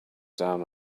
down